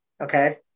Okay